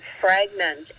fragment